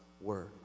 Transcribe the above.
word